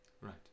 Right